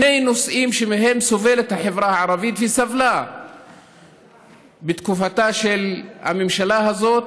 שני נושאים שמהם סובלת החברה הערבית וסבלה בתקופתה של הממשלה הזאת.